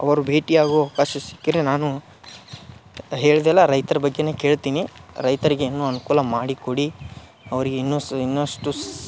ಅವರು ಭೇಟಿಯಾಗೋ ಅವಕಾಶ ಸಿಕ್ಕರೆ ನಾನು ಹೇಳ್ದೆ ಅಲ್ಲಾ ರೈತರ ಬಗ್ಗೆನೆ ಕೇಳ್ತೀನಿ ರೈತರಿಗೇನು ಅನುಕೂಲ ಮಾಡಿಕೊಡಿ ಅವರಗೆ ಇನ್ನೂ ಸ ಇನ್ನಷ್ಟು